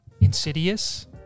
insidious